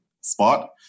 spot